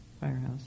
Firehouse